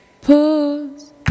pause